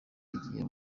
igihe